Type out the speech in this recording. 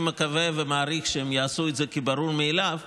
אני מקווה ומעריך שהם יעשו את זה כברור מאליו,